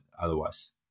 otherwise